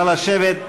נא לשבת.